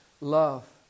love